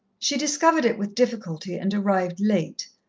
she discovered it with difficulty, and arrived late.